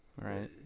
right